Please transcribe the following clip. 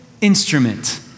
instrument